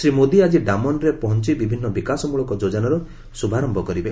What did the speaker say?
ଶ୍ରୀ ମୋଦି ଆଜି ଡାମନରେ ପହଞ୍ଚ ବିଭିନ୍ନ ବିକାଶ ମୂଳକ ଯୋଜନାର ଶୁଭାରମ୍ଭ କରିବେ